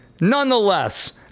nonetheless